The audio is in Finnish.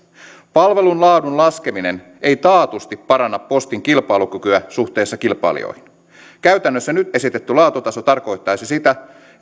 palvelun laadun laskeminen ei taatusti paranna postin kilpailukykyä suhteessa kilpailijoihin käytännössä nyt esitetty laatutaso tarkoittaisi sitä